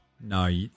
No